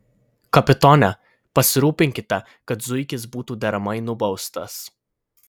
kapitone pasirūpinkite kad zuikis būtų deramai nubaustas